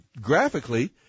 graphically